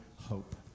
hope